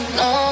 no